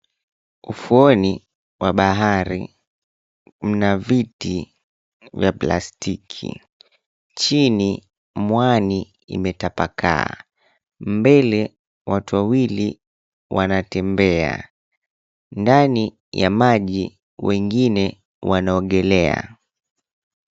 Ufuoni mwa ma bahari kuna viti na plastiki. Chini mwani imetapakaa, mbele watu wawili wanatembea. Ndani ya maji wengine wanaogelea.